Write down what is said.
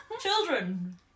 Children